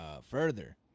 further